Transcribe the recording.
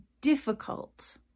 difficult